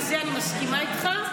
ובזה אני מסכימה איתך,